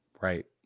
Right